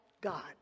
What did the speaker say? God